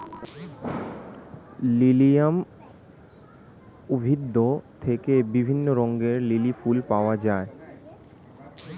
lilium উদ্ভিদ থেকে বিভিন্ন রঙের লিলি ফুল পাওয়া যায়